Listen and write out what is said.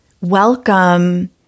welcome